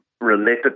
related